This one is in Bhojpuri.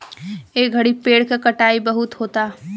ए घड़ी पेड़ के कटाई बहुते होता